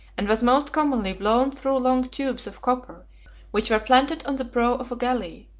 and was most commonly blown through long tubes of copper which were planted on the prow of a galley,